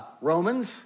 Romans